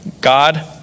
God